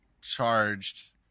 charged